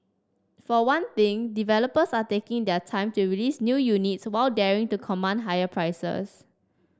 for one thing developers are taking their time to release new units while daring to command higher prices